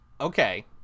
Okay